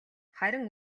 харин